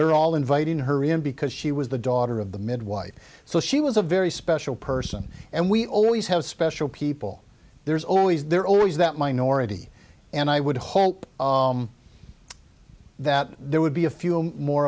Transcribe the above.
they're all inviting her in because she was the daughter of the midwife so she was a very special person and we always have special people there's always there always that minority and i would hope that there would be a few more